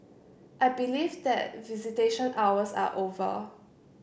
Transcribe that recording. I believe that visitation hours are over